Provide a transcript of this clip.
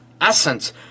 essence